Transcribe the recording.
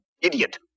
Idiot